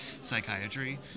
psychiatry